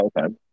Okay